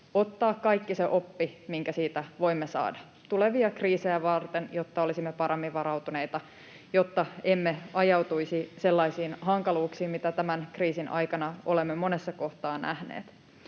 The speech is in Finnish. ottaa kaikki se oppi, minkä siitä voimme saada tulevia kriisejä varten, jotta olisimme paremmin varautuneita, jotta emme ajautuisi sellaisiin hankaluuksiin, joita tämän kriisin aikana olemme monessa kohtaa nähneet.